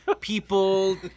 people